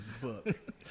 book